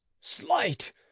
slight